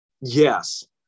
Yes